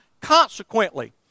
consequently